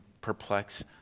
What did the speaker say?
perplex